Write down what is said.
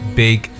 big